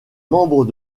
membre